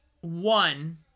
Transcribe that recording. One